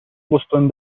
بوستون